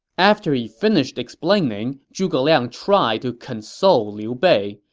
after he finished explaining, zhuge liang tried to console liu bei,